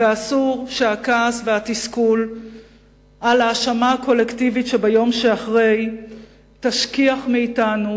ואסור שהכעס והתסכול על ההאשמה הקולקטיבית ביום שאחרי ישכיחו מאתנו,